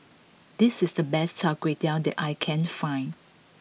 this is the best Char Kway Teow that I can find